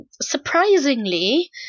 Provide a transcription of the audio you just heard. Surprisingly